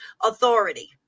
authority